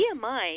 BMI